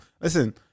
Listen